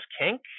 kink